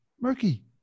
murky